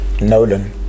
Nolan